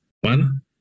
One